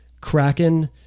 Kraken